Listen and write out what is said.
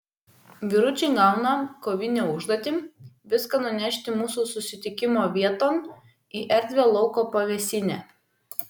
vyručiai gauna kovinę užduotį viską nunešti mūsų susitikimo vieton į erdvią lauko pavėsinę